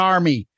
Army